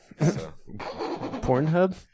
Pornhub